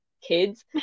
kids